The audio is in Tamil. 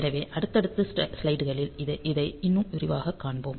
எனவே அடுத்தடுத்த ஸ்லைடுகளில் இதை இன்னும் விரிவாகக் காண்போம்